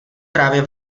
právě